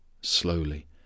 slowly